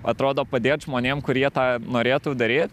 atrodo padėt žmonėm kurie tą norėtų daryt